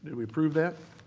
and we approve that?